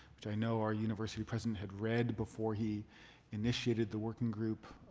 which i know our university president had read before he initiated the working group.